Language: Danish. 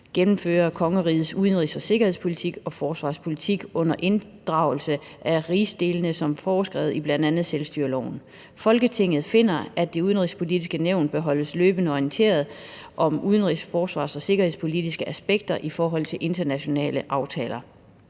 gennemfører Kongerigets udenrigs-, sikkerheds- og forsvarspolitik under inddragelse af rigsdelene som foreskrevet i bl.a. selvstyreloven. Folketinget finder, at Det Udenrigspolitiske Nævn bør holdes løbende orienteret om udenrigs-, forsvars- og sikkerhedspolitiske aspekter ift. internationale aftaler.